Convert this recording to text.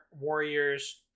Warriors